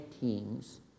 teams